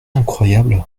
incroyable